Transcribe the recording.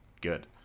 good